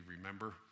remember